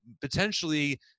potentially